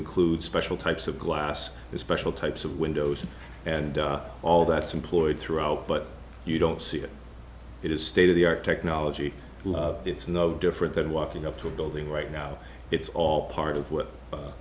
include special types of glass special types of windows and all that's employed throughout but you don't see it it is state of the art technology it's no different than walking up to a building right now it's all part of what